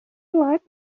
باید